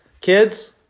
Kids